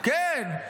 כן,